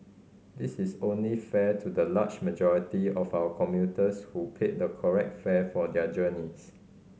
this is only fair to the large majority of our commuters who pay the correct fare for their journeys